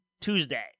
Tuesday